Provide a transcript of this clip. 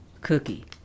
Cookie